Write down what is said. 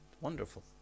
Wonderful